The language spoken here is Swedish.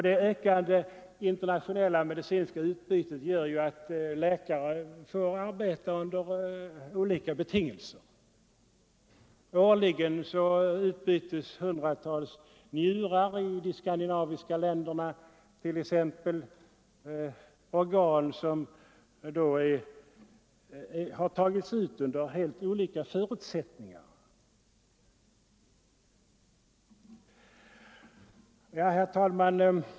Det ökande internationella medicinska utbytet av läkare gör att dessa får arbeta under olika betingelser. Årligen utbyts i de skandinaviska länderna hundratals njurar som har tagits ut under helt olika förutsättningar. Herr talman!